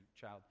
child